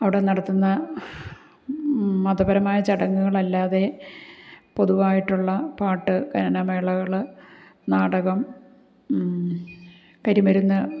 അവിടെ നടത്തുന്ന മതപരമായ ചടങ്ങുകളല്ലാതെ പൊതുവായിട്ടുള്ള പാട്ട് ഗാനമേളകൾ നാടകം കരിമരുന്ന്